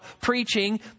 preaching